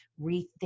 rethink